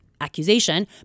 accusation